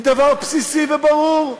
היא דבר בסיסי וברור?